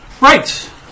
Right